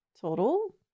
Total